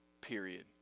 period